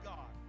God